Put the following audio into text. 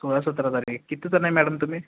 सोळा सतरा तारीख कितीजण आहे मॅडम तुम्ही